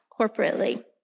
corporately